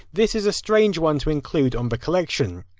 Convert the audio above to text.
this is a strange one to include on the collection.